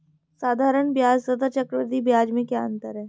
साधारण ब्याज तथा चक्रवर्धी ब्याज में क्या अंतर है?